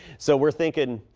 so we're thinking.